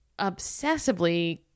obsessively